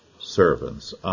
servants